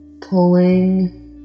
pulling